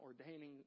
ordaining